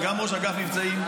גם ראש אגף מבצעים,